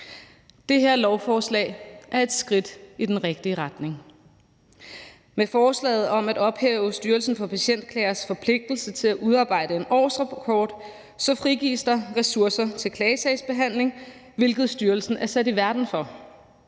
Det her lovforslag er et skridt i den rigtige retning. Med forslaget om at ophæve Styrelsen for Patientklagers forpligtelse til at udarbejde en årsrapport frigives der ressourcer til klagesagsbehandling, som styrelsen er sat i verden for.